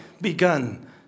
begun